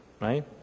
right